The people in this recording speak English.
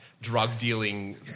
drug-dealing